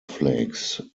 flakes